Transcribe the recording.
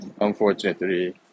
unfortunately